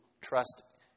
trust